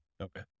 Okay